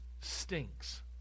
stinks